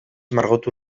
margotu